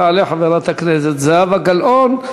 תעלה חברת הכנסת זהבה גלאון.